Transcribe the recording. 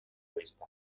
vista